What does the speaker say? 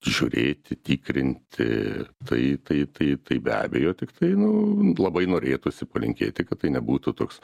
žiūrėti tikrinti tai tai tai tai be abejo tiktai nu labai norėtųsi palinkėti kad tai nebūtų toks